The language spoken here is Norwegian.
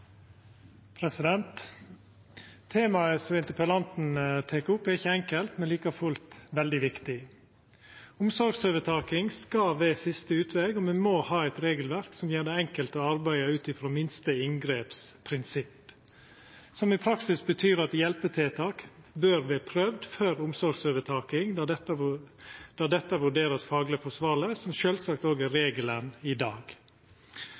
Temaet som interpellanten tek opp, er ikkje enkelt, men like fullt veldig viktig. Omsorgsovertaking skal vera siste utveg. Me må ha eit regelverk som gjer det enkelt å arbeida ut frå minste-inngreps-prinsipp, som i praksis betyr at hjelpetiltak bør vera prøvde før omsorgsovertaking der dette vert vurdert som fagleg forsvarleg, som sjølvsagt òg er regelen i dag.